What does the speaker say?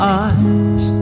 eyes